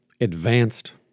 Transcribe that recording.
advanced